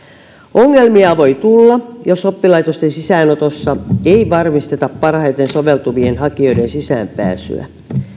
ongelmia voi tulla jos oppilaitosten sisäänotossa ei varmisteta parhaiten soveltuvien hakijoiden sisäänpääsyä